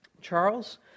Charles